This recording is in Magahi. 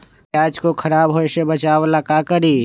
प्याज को खराब होय से बचाव ला का करी?